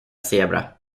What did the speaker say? zebra